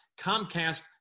Comcast